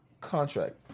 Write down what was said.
contract